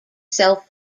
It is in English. self